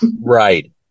Right